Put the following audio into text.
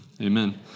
Amen